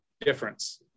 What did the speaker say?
difference